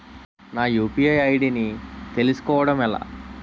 నా UPI ID ని తెలుసుకోవడం ఎలా?